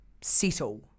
settle